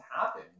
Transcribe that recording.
happen